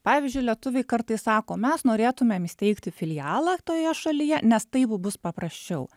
pavyzdžiui lietuviai kartais sako mes norėtumėm įsteigti filialą toje šalyje nes taip bus paprasčiau